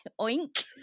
Oink